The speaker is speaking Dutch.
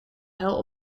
hel